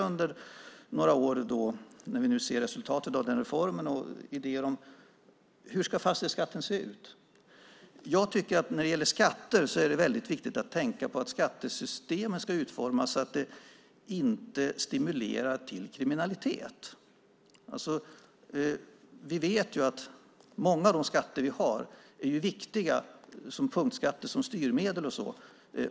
Under några år behöver vi, när vi ser resultatet av den gjorda reformen, diskutera idéer om hur fastighetsskatten ska se ut. När det gäller skatter är det väldigt viktigt att tänka på att skattesystem ska utformas så att de inte stimulerar kriminalitet. Vi vet ju att många av våra skatter, såsom punktskatter, är viktiga som styrmedel och så.